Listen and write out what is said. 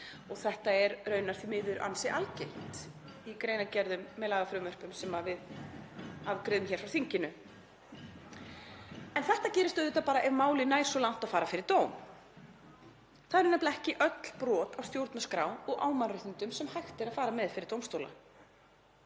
Þetta er raunar því miður ansi algengt í greinargerðum með lagafrumvörpum sem við afgreiðum hér frá þinginu. En þetta gerist auðvitað bara ef málið nær svo langt að fara fyrir dóm. Það eru nefnilega ekki öll brot á stjórnarskrá og mannréttindum sem hægt er að fara með fyrir dómstóla.